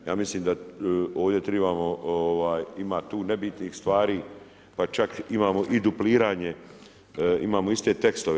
Ja mislim da ovdje trebamo, ima tu nebitnih stvari pa čak imamo i dupliranje, imamo iste tekstove.